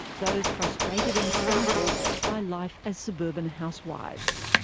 those frustrated and stifled by life as suburban housewives.